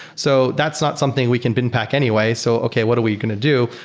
so that's not something we can bin pack anyway. so okay, what are we going to do?